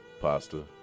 Pasta